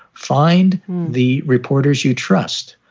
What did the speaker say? find the reporters you trust.